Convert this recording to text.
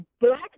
black